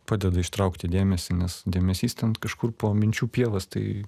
padeda ištraukti dėmesį nes dėmesys ten kažkur po minčių pievas tai